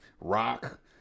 rock